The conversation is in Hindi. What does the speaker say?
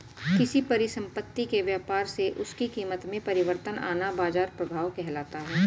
किसी परिसंपत्ति के व्यापार से उसकी कीमत में परिवर्तन आना बाजार प्रभाव कहलाता है